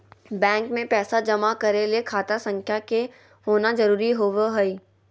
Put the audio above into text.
bank मे पैसा जमा करय ले खाता संख्या के होना जरुरी होबय हई